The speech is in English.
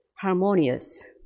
harmonious